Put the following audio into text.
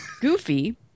goofy